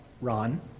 Ron